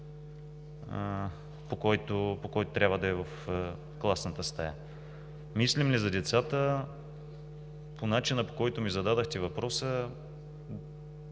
по който трябва да е в класната стая. Мислим ли за децата? По начина, по който ми зададохте въпроса,